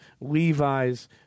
Levi's